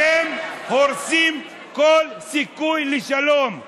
אתם הורסים כל סיכוי לשלום.